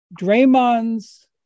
Draymond's